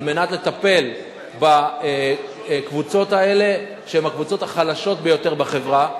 על מנת לטפל בקבוצות האלה שהן הקבוצות החלשות ביותר בחברה.